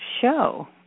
show